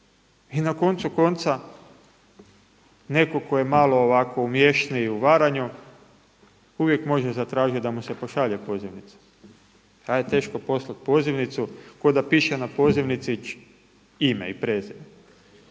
i na koncu konca netko tko je malo ovako umješniji u varanju uvijek može zatražiti da mu se pošalje pozivnica. Kao da je teško poslati pozivnicu, kao da piše na pozivnici ime i prezime.